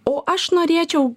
o aš norėčiau